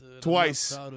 Twice